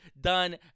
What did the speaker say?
done